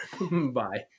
Bye